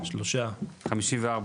3 נמנעים,